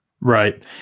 Right